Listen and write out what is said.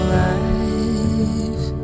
life